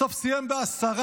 בסוף סיים בעשרה,